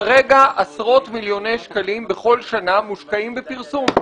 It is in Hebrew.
כרגע עשרות-מיליוני שקלים בכל שנה מושקעים בפרסום.